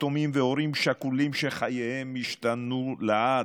יתומים והורים שכולים שחייהם השתנו לעד.